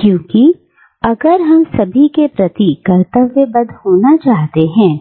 क्योंकि अगर हम सभी के प्रति कर्तव्य बद्ध होना चाहते हैं